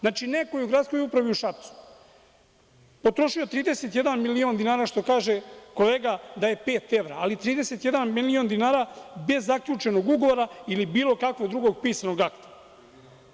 Znači, neko je u gradskoj upravi u Šapcu, potrošio 31 milion dinara, što kaže kolega, da je pet evra, ali 31 milion dinara bez zaključenog ugovora ili bilo kakvog drugog pisanog dokumenta.